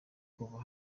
kuva